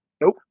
Nope